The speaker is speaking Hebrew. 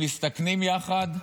הם מסתכנים יחד,